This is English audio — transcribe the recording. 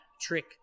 trick